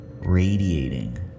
radiating